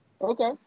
Okay